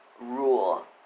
rule